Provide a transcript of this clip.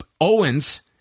Owens